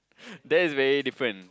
that's very different